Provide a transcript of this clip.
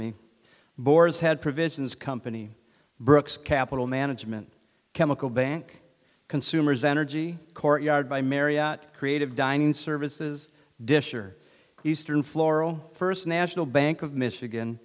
me boar's head provisions company brooks capital management chemical bank consumers energy courtyard by marriott creative dining services dish or eastern floral first national bank of michigan